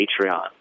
Patreon